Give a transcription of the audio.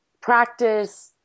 practice